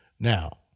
Now